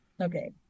Okay